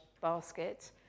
basket